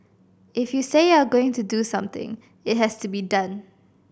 if you say you are going to do something it has to be done